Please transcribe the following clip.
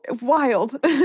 wild